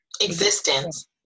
existence